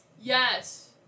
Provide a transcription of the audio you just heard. Yes